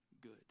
good